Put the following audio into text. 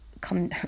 come